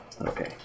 Okay